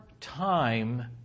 time